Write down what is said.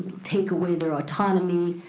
take away their autonomy.